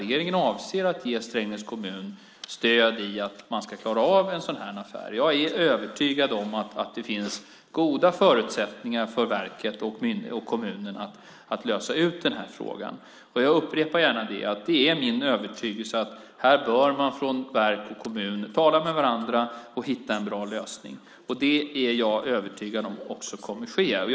Regeringen avser att ge Strängnäs kommun stöd för att man ska klara av en sådan här affär. Jag är övertygad om att det finns goda förutsättningar för verket och kommunen att lösa ut den frågan. Jag upprepar gärna att det är min övertygelse att här bör verk och kommun tala med varandra och hitta en bra lösning. Jag är övertygad om att det också kommer att ske.